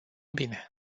bine